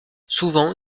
souvent